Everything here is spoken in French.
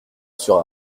sur